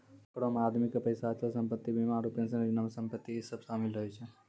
धन करो मे आदमी के पैसा, अचल संपत्ति, बीमा आरु पेंशन योजना मे संपत्ति इ सभ शामिल रहै छै